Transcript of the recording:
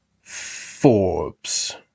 Forbes